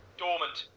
dormant